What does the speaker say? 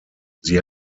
sie